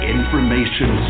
Information